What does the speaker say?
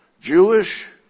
Jewish